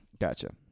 Gotcha